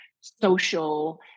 social